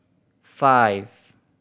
five